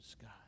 God